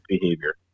behavior